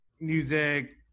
music